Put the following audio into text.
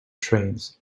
trains